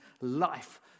life